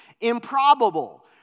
improbable